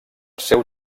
seu